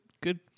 good